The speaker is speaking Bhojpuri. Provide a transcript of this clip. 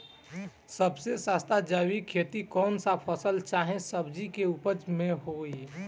सबसे सस्ता जैविक खेती कौन सा फसल चाहे सब्जी के उपज मे होई?